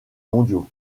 mondiaux